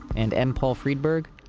and m paul friedberg?